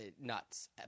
nuts